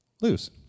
lose